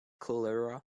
cholera